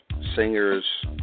singers